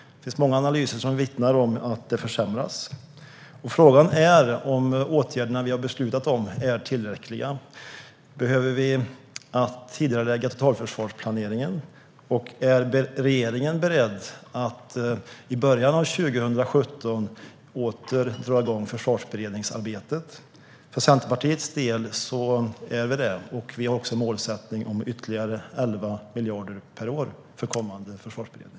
Det finns många analyser som vittnar om att det försämras. Frågan är om åtgärderna vi har beslutat om är tillräckliga. Behöver vi tidigarelägga totalförsvarsplaneringen? Är regeringen beredd att i början av 2017 åter dra igång försvarsberedningsarbetet? I Centerpartiet är vi det. Vi har också en målsättning om ytterligare 11 miljarder per år för kommande försvarsberedning.